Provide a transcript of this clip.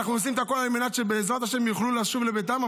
אנחנו עושים הכול על מנת שבעזרת השם יוכלו לשוב לביתם,